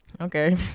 Okay